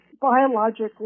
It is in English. biologically